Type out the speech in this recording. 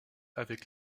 avec